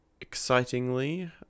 excitingly